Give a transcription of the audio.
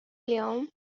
اليوم